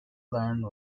learn